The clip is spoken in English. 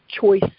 choice